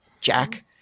Jack